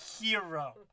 hero